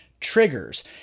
triggers